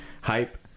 hype